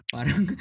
Parang